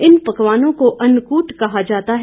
इन पकवानों को अन्नकूट कहा जाता है